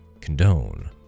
condone